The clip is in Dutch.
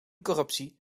corruptie